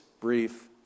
brief